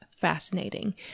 fascinating